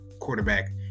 quarterback